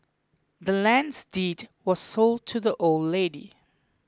the land's deed was sold to the old lady